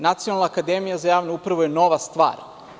Nacionalna akademija za javnu upravu je nova stvar.